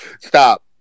stop